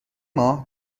ماه